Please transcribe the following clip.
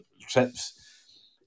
trips